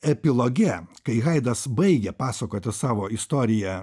epiloge kai haidas baigia pasakoti savo istoriją